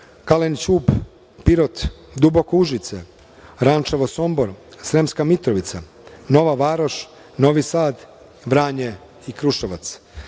Kalenić Ub, Pirot, Duboko Užice, Rančevo Sombor, Sremska Mitrovica, Nova Varoš, Novi Sad, Vranje i Kruševac